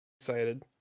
excited